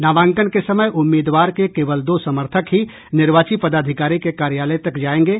नामांकन के समय उम्मीदवार के केवल दो समर्थक ही निर्वाची पदाधिकारी के कार्यालय तक जायेंगे